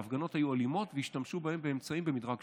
ההפגנות היו אלימות והשתמשו בהן באמצעים במדרג שלוש.